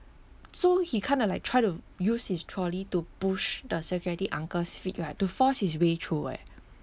so he kind of like try to use his trolley to push the security uncle's feet right to force his way through eh